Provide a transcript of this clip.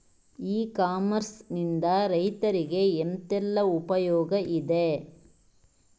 E commerce ನಿಂದ ರೈತರಿಗೆ ಎಂತೆಲ್ಲ ಉಪಯೋಗ ಇದೆ?